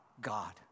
God